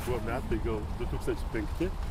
buvo metai gal du tūkstančiai penkti